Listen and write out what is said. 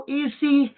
easy